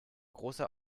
großer